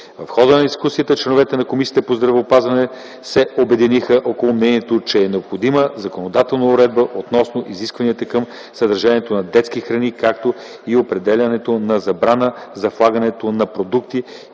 В хода на дискусията членовете на Комисията по здравеопазване се обединиха около мнението, че е необходима законодателна уредба относно изискванията към съдържанието на детски храни, както и определянето на забрана за влагането на продукти